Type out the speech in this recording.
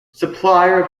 supplier